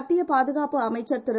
மத்தியபாதுகாப்புஅமைச்சர்திரு